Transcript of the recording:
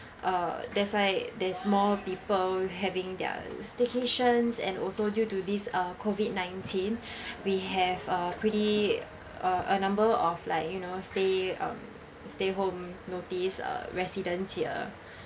uh that's why there's more people having their staycations and also due to this uh COVID nineteen we have uh pretty uh a number of like you know stay um stay home notice uh residents here